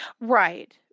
right